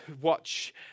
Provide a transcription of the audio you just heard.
watch